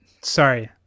sorry